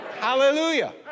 hallelujah